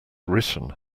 written